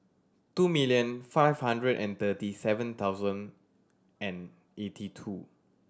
two million five hundred and thirty seven thousand and eighty two